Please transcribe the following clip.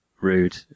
rude